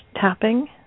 tapping